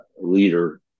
leader